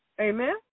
Amen